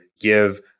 give